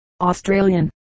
Australian